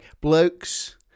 blokes